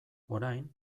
orain